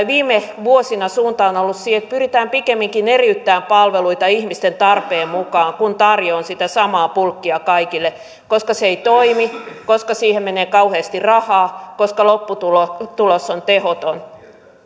viime vuosina suunta on on ollut se että pyritään pikemminkin eriyttämään palveluita ihmisten tarpeen mukaan kuin tarjoamaan sitä samaa bulkkia kaikille koska se ei toimi koska siihen menee kauheasti rahaa koska lopputulos on tehoton